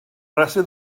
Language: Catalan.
rastre